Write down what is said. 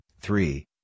three